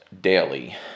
daily